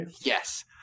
Yes